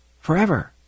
Forever